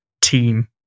team